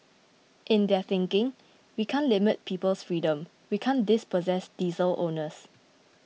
in their thinking we can't limit people's freedom we can't dispossess diesel owners